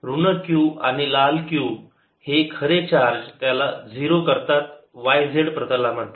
ऋण q आणि लाल q हे खरे चार्ज त्याला 0 करतात y z प्रतलामध्ये